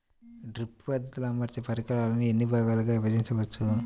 Drip పద్ధతిలో అమర్చే పరికరాలను ఎన్ని భాగాలుగా విభజించవచ్చు?